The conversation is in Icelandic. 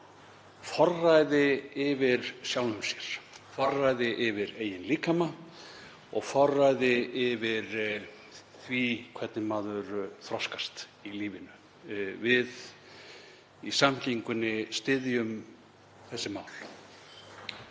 öll um forræði yfir sjálfum sér, forræði yfir eigin líkama og forræði yfir því hvernig maður þroskast í lífinu. Við í Samfylkingunni styðjum þessi mál.